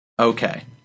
Okay